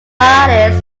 artists